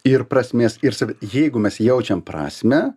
ir prasmės ir savi jeigu mes jaučiam prasmę